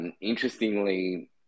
Interestingly